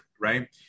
right